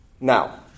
Now